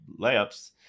layups